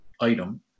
item